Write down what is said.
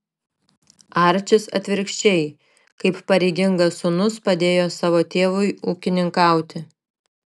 arčis atvirkščiai kaip pareigingas sūnus padėjo savo tėvui ūkininkauti